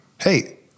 Hey